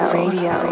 radio